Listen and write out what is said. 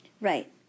Right